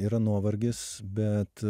yra nuovargis bet